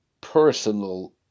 personal